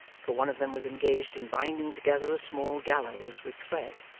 for one of them was engaged in binding together a small gallows with thread,